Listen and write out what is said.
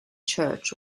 church